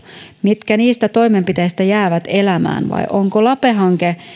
mitkä niistä toimenpiteistä jäävät elämään vai onko lape hanke